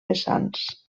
vessants